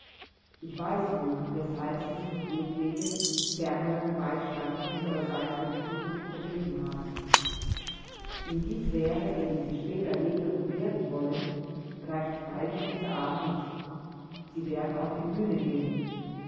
ich weiß nun weshalb sie sich jedweden ferneren beistand unsererseits für die zukunft verbeten haben in die sphäre in der sie später leben und wirken wollen reicht freilich unser arm nicht sie werden auf die bühne gehen